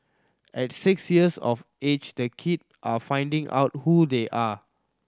at six years of age the kid are finding out who they are